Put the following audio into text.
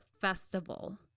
festival